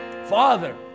Father